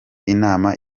inama